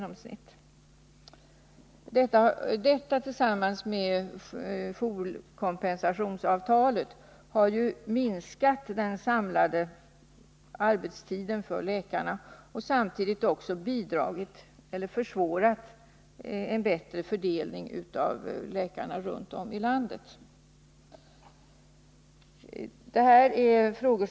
Dessa förhållanden tillsammans med jourkompensationsavtalet har därigenom minskat den samlade arbetstiden för läkarna och försvårat en bättre fördelning av läkarna i landet.